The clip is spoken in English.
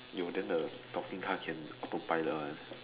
yo then the talking car can autopilot one